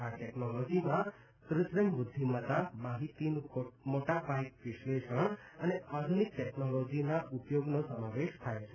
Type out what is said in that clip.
આ ટેકનોલોજીમાં કૃત્રિમ બુદ્ધિમત્તા માહિતીનું મોટા પાયે વિશ્લેષણ અને આધુનિક ટેકનોલોજીના ઉપયોગનો સમાવેશ થાય છે